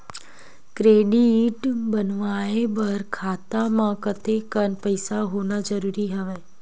Credit बनवाय बर खाता म कतेकन पईसा होना जरूरी हवय?